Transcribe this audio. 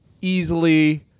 easily